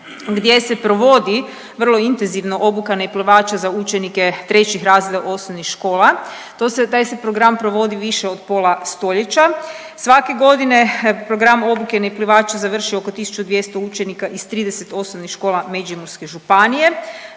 gdje se provodi vrlo intenzivno obuka neplivača za učenike 3. razreda osnovnih škola. Taj se program provodi više od pola stoljeća, svake godine program obuke neplivača završi oko 1200 učenika iz 30 osnovnih škola Međimurske županije,